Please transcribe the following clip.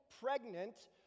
pregnant